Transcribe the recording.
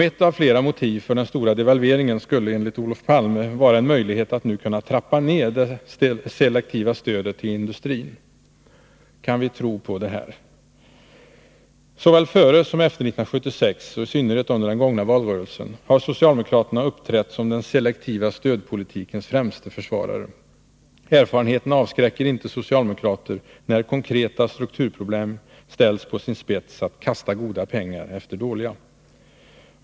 Ett av flera motiv för den stora devalveringen skulle enligt Olof Palme vara en möjlighet att kunna ”trappa ned det selektiva stödet till industrin”. Kan vi tro det? Såväl före som efter 1976 — och i synnerhet under den gångna valrörelsen — har socialdemokraterna uppträtt som den selektiva stödpolitikens främste försvarare. Erfarenheterna avskräcker inte socialdemokrater — när konkreta strukturproblem ställs på sin spets — att kasta goda pengar efter dåliga.